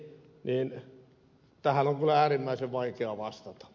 tähän on kyllä äärimmäisen vaikea vastata